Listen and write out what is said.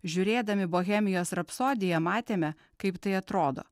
žiūrėdami bohemijos rapsodija matėme kaip tai atrodo